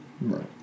right